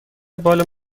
بال